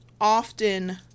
often